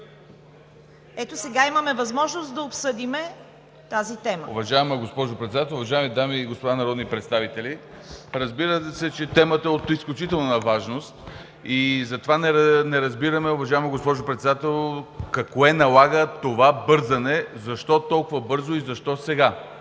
Ето сега имаме възможност да обсъдим тази тема.